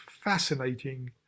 fascinating